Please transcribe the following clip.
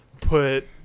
put